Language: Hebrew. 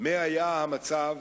מה היה המצב